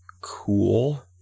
cool